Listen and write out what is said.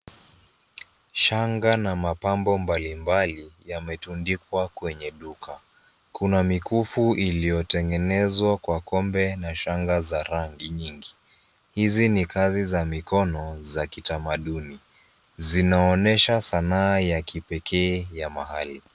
Shanga na mapambo mbalimbali, yametundikwa kwenye duka. Kuna mikufu iliyotengenezwa kwa kombe na shanga za rangi nyingi. Hizi ni kazi za mikono za kitamanduni. Zinaonyesha sanaa ya kipekee ya mahali.